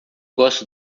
gosto